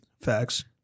Facts